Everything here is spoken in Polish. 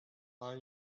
ale